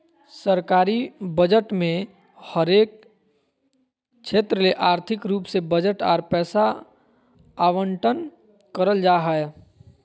सरकारी बजट मे हरेक क्षेत्र ले आर्थिक रूप से बजट आर पैसा आवंटन करल जा हय